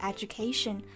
Education